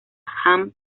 jan